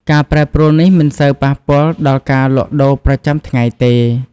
ការប្រែប្រួលនេះមិនសូវប៉ះពាល់ដល់ការលក់ដូរប្រចាំថ្ងៃទេ។